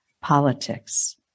politics